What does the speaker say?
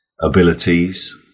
abilities